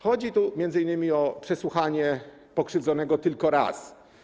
Chodzi tu m.in. o przesłuchanie pokrzywdzonego tylko raz.